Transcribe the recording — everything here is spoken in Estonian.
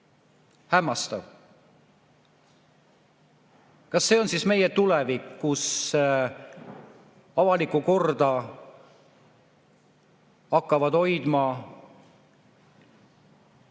Hämmastav. Kas see on siis meie tulevik, kus avalikku korda hakkavad hoidma